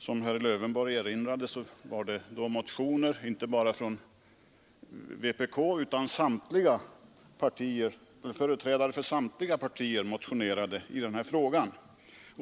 Som herr Lövenborg erinrade om var det inte bara kommunister utan även företrädare för samtliga andra partier som motionerade i frågan.